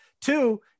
Two